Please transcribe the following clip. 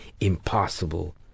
impossible